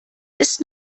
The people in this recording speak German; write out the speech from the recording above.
ist